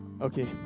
Okay